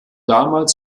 damals